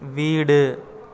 வீடு